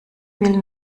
will